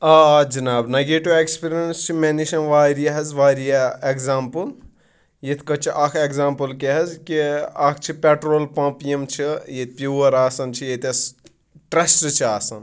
آ جِناب negative experience چھِ مےٚ نِشَن واریاہ حظ واریاہ اٮ۪گزامپٕل یِتھ کٔنۍ چھِ اَکھ اٮ۪گزامپٕل کیاہ حظ کہ اَکھ چھِ پٮ۪ٹرول پَمپ یِم چھِ ییٚتہِ پِیٚور آسان چھِ ییٚتٮ۪س ٹرٛسٹ چھِ آسان